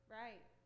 right